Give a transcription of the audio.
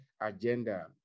agenda